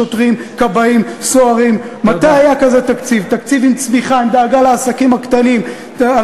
מילא שבקואליציה היא לא מצליחה לקיים את ההבטחות שלה,